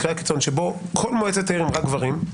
מקרה הקיצון שבו כל מועצת העיר הם רק גברים.